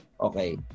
Okay